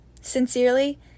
Sincerely